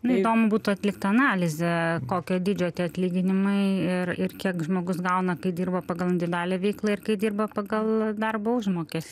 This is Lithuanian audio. na įdomu būtų atlikt analizę kokio dydžio tie atlyginimai ir ir kiek žmogus gauna kai dirba pagal individualią veiklą ir kai dirba pagal darbo užmokestį